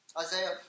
Isaiah